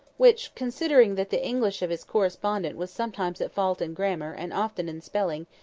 which, considering that the english of his correspondent was sometimes at fault in grammar, and often in spelling,